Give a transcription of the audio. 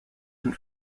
and